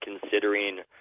considering